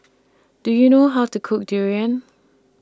Do YOU know How to Cook Durian